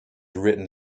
written